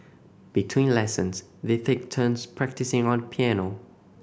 between lessons they take turns practising on the piano